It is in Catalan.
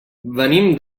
venim